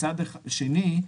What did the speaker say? ומצד שני,